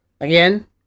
Again